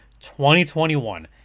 2021